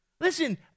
Listen